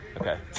okay